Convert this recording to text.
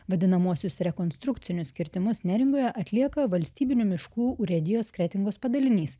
vadinamuosius rekonstrukcinius kirtimus neringoje atlieka valstybinių miškų urėdijos kretingos padalinys